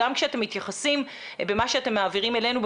גם כשאתם מתייחסים במה שאתם מעבירים אלינו,